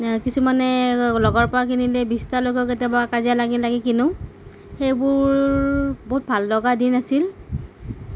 কিছুমানে লগৰ পৰা কিনিলে বিছটালৈকেও কেতিয়াবা কাজিয়া লাগি লাগি কিনো সেইবোৰ বহুত ভাল লগা দিন আছিল